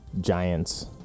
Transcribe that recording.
Giants